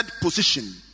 position